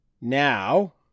Now